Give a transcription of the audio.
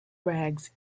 rags